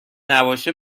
نباشه